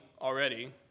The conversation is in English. already